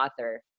author